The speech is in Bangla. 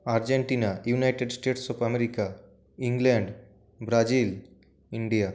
Argentina United States of America England Brazil India